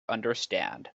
understand